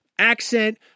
Accent